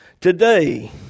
Today